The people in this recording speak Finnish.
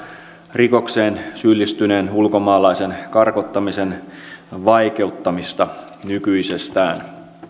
rikokseen syyllistyneen ulkomaalaisen karkottamisen vaikeuttamista nykyisestään